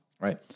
right